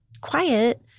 quiet